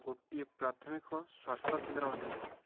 ଗୋଟିଏ ପ୍ରାଥମିକ ସ୍ୱାସ୍ଥ୍ୟ କେନ୍ଦ୍ର ଅଛି